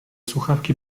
słuchawki